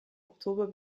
oktober